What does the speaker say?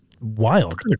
wild